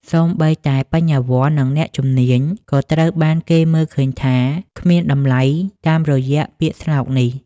សូម្បីតែបញ្ញវន្ត និងអ្នកជំនាញ ក៏ត្រូវបានគេមើលឃើញថាគ្មានតម្លៃតាមរយៈពាក្យស្លោកនេះ។